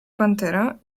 pantera